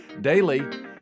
Daily